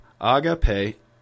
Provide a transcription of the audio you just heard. Agape